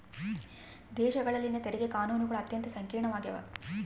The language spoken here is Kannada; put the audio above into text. ದೇಶಗಳಲ್ಲಿನ ತೆರಿಗೆ ಕಾನೂನುಗಳು ಅತ್ಯಂತ ಸಂಕೀರ್ಣವಾಗ್ಯವ